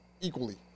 equally